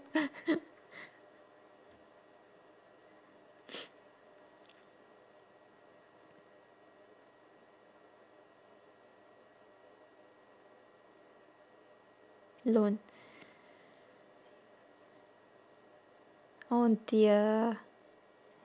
loan oh dear